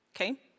okay